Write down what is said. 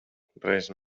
res